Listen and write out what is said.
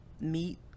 meat